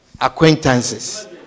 Acquaintances